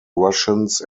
russians